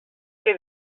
que